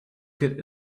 could